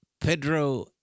Pedro